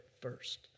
first